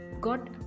got